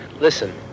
Listen